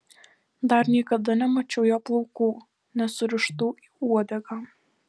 dar niekada nemačiau jo plaukų nesurištų į uodegą